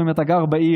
או אם אתה גר בעיר.